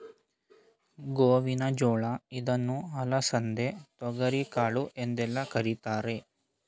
ಗೋವಿನ ಜೋಳ ಇದನ್ನು ಅಲಸಂದೆ, ತೊಗರಿಕಾಳು ಎಂದೆಲ್ಲ ಕರಿತಾರೆ